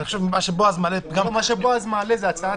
מה שבועז מעלה --- מה שבועז מעלה זו הצעת